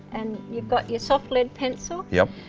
and you've got your soft lead pencil yep.